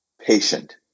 patient